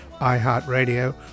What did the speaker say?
iHeartRadio